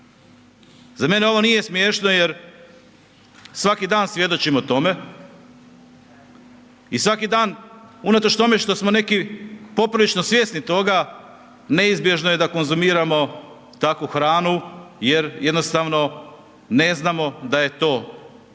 Za mene ovo nije smiješno jer svaki dan svjedočimo tome i svaki dan unatoč tome što smo neki poprilično svjesni toga neizbježno je da konzumiramo takvu hranu jer jednostavno ne znamo da je to